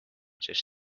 sest